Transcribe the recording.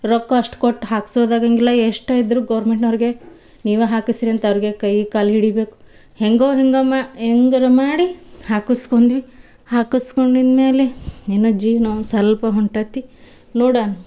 ರೊಕ್ಕ ಅಷ್ಟು ಕೊಟ್ಟು ಹಾಕಿಸೋದಾಗಂಗಿಲ್ಲ ಎಷ್ಟೇ ಇದ್ದರೂ ಗೋರ್ಮೆಂಟ್ನವ್ರಿಗೆ ನೀವೇ ಹಾಕಿಸಿರಿ ಅಂತ ಅವ್ರಿಗೆ ಕೈ ಕಾಲು ಹಿಡಿಬೇಕು ಹೇಗೊ ಹೇಗೊ ಮಾ ಹೆಂಗಾರೂ ಮಾಡಿ ಹಾಕಸ್ಕೊಂಡ್ವಿ ಹಾಕಸ್ಕೊಂಡಿದ್ದು ಮೇಲೆ ಏನೊ ಜೀವನ ಒಂದು ಸಲ್ಪ ಹೊಂಟತಿ ನೋಡಣ